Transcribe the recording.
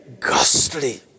ghastly